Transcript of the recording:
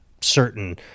certain